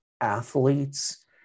athletes